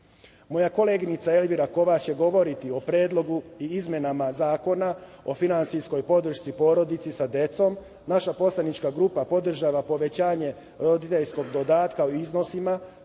koleginica je Elvira Kovač će govoriti o predlogu i izmenama Zakona o finansijskoj podršci porodici sa decom. Naša poslanička grupa podržava povećanje roditeljskog dodatka u iznosima